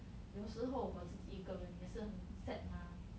有时候我自己一个人也是很 sad mah